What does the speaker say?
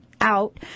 out